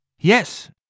Yes